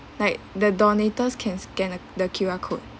like the donators can scan the the Q_R code